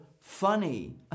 funny